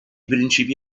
principi